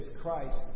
Christ